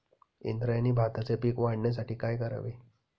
इंद्रायणी भाताचे पीक वाढण्यासाठी काय करावे?